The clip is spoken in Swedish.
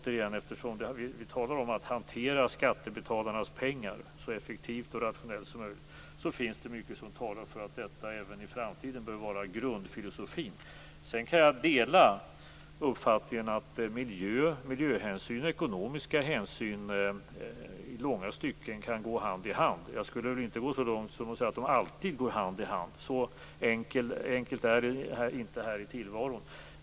Eftersom vi talar om att hantera skattebetalarnas pengar så effektivt och rationellt som möjligt, vill jag återigen säga att det finns mycket som talar för att detta även i framtiden bör vara grundfilosofin. Sedan kan jag dela uppfattningen att miljöhänsyn och ekonomiska hänsyn i långa stycken kan gå hand i hand. Jag vill inte gå så långt som att säga att de alltid går hand i hand, så enkelt är det inte här i tillvaron.